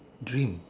dream